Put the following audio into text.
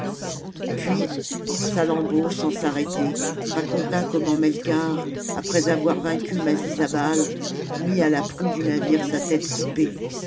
puis salammbô sans s'arrêter raconta comment melkarth après avoir vaincu masisabal mit à la proue du navire sa tête coupée